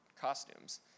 costumes